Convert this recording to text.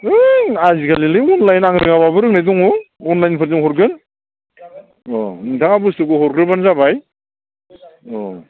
है आजिखालिलाय अनलाइन आं रोङाबाबो रोंनाय दङ अनलाइनफोरजों हरगोन अह नोंथाङा बुस्थुफोरखौ हरग्रोबानो जाबाय औ